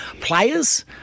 players